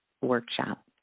workshop